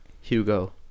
Hugo